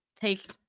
Take